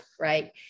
right